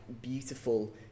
beautiful